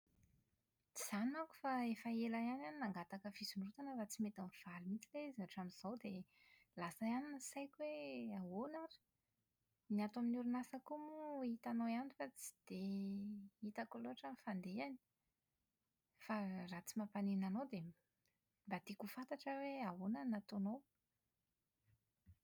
Tsy izany manko fa efa ela ihany aho no nangataka fisondrotana fa tsy mety mivaly mihitsy ilay izy hatramin'izao dia lasa ihany ny saiko hoe ahoana ary! Ny ato amin'ny orinasa koa moa hitanao ihany fa tsy dia hitako loatra ny fandehany. Fa raha tsy mampaninona anao dia mba tiako ho fantatra hoe ahoana ny nataonao.